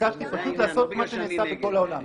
ביקשתי פשוט לעשות מה שנעשה בכל העולם.